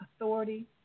authority